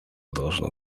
должно